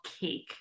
Cake